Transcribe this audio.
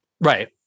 Right